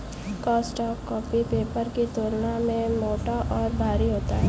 cardstock copy paper की तुलना में मोटा और भारी होता है